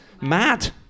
mad